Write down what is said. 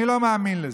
אני לא מאמין לזה,